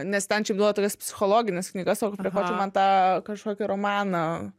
nes ten šiaip duodavo tokias psichologines knygas o prie ko čia man tą kažkokį romaną